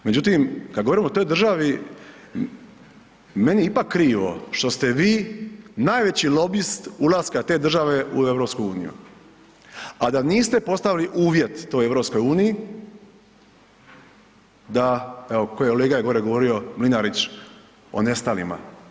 Međutim kad govorimo o toj državi, meni je ipak krivo što ste vi najveći lobist ulaska te države u EU a da niste postavili uvjet toj EU da evo kolega je gore govorio Mlinarić, o nestalima.